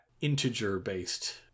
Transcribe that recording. integer-based